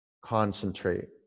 Concentrate